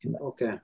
Okay